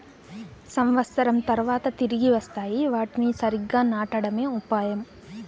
సంవత్సరం తర్వాత తిరిగి వస్తాయి, వాటిని సరిగ్గా నాటడమే ఉపాయం